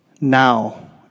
now